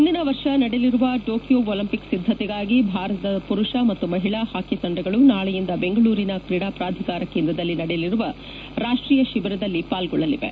ಮುಂದಿನ ವರ್ಷ ನಡೆಯಲಿರುವ ಟೊಕಿಯೋ ಒಲಿಂಪಿಕ್ಸ್ ಸಿದ್ದತೆಗಾಗಿ ಭಾರತದ ಪುರುಷ ಮತ್ತು ಮಹಿಳಾ ಹಾಕಿ ತೆಂಡಗಳು ನಾಳೆಯಿಂದ ಬೆಂಗಳೂರಿನ ಕ್ರೀಡಾ ಪ್ರಾಧಿಕಾರ ಕೇಂದ್ರದಲ್ಲಿ ನಡೆಯಲಿರುವ ರಾಷ್ಟೀಯ ಶಿಬಿರದಲ್ಲಿ ಪಾಲ್ಗೊಳ್ಳಲಿವೆ